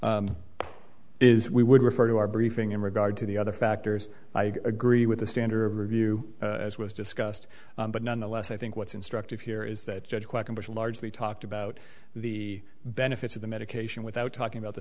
briefly is we would refer to our briefing in regard to the other factors i agree with the standard review as was discussed but nonetheless i think what's instructive here is that judge quackenbush largely talked about the benefits of the medication without talking about the